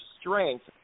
strength